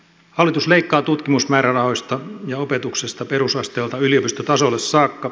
hallitus leikkaa tutkimusmäärärahoista ja opetuksesta perusasteelta yliopistotasolle saakka